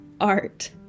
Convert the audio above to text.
art